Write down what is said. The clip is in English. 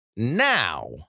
Now